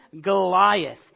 Goliath